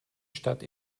stadt